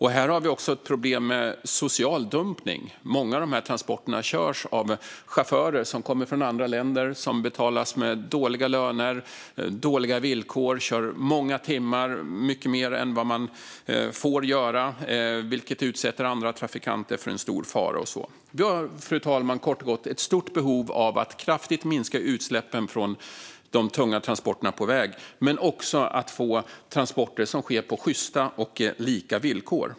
Här har vi också ett problem med social dumpning. Många av transporterna körs av chaufförer som kommer från andra länder och som betalas dåliga löner, har dåliga villkor och kör många timmar - många fler än vad man får - vilket utsätter andra trafikanter för stor fara. Vi har kort och gott ett stort behov av att kraftigt minska utsläppen från de tunga transporterna på väg men också att få transporter som sker på sjysta och lika villkor.